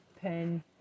pen